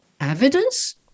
evidence